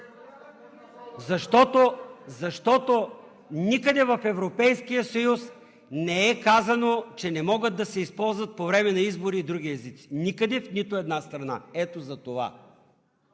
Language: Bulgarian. Защото никъде в Европейския съюз не е казано, че не могат да се използват по време на избори други езици. Никъде, в нито една страна – ето затова!